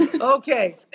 Okay